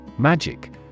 Magic